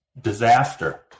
disaster